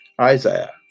Isaiah